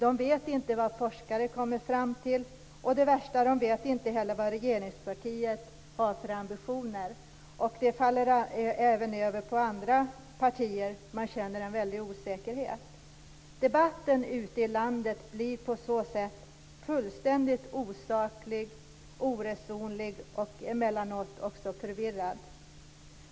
Det vet inte vad forskare kommer fram till och, det värsta, de vet inte heller vad regeringspartiet har för ambitioner. Det faller även över på andra partier. Man känner en väldig osäkerhet. Debatten ute i landet blir på så sätt fullständigt osaklig, oresonlig och emellanåt också förvirrad.